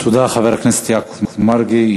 תודה, חבר הכנסת יעקב מרגי.